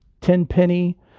tenpenny